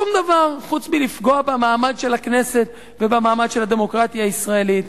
שום דבר חוץ מלפגוע במעמד הכנסת ובמעמד של הדמוקרטיה הישראלית.